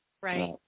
Right